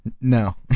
No